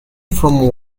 from